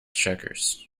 checkers